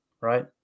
Right